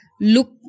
Look